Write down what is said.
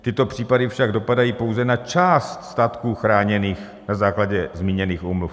Tyto případy však dopadají pouze na část statků chráněných na základě zmíněných úmluv.